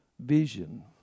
vision